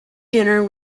dinner